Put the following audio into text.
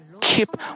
keep